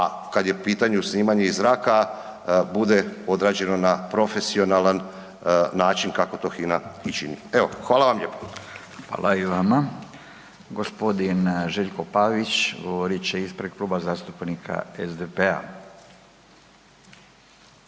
a kad je u pitanju snimanje iz zraka, bude odrađeno na profesionalan način kako to HINA i čini. Evo, hvala vam lijepo. **Radin, Furio (Nezavisni)** Hvala i vama. G. Željko Pavić govorit će ispred Kluba zastupnika SDP-a.